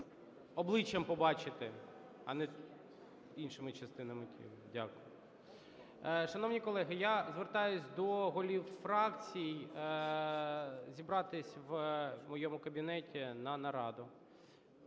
обличчям побачити, а не іншими частинами тіла. Дякую. Шановні колеги, я звертаюсь до голів фракцій, зібратись у моєму кабінеті на нараду.